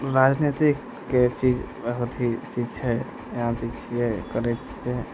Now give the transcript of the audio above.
राजनीतिकके चीज बहुत ही अथी छै यहाँ भी छियै करै छियै